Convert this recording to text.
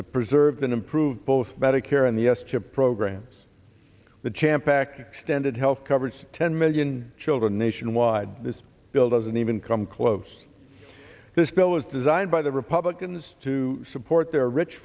the preserve and improve both better care and the s chip programs the champ back extended health coverage to ten million children nationwide this bill doesn't even come close this bill was designed by the republicans to support their rich